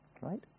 right